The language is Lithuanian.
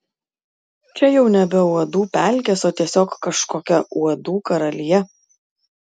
čia jau nebe uodų pelkės o tiesiog kažkokia uodų karalija